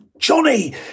Johnny